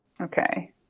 Okay